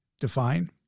Define